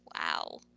wow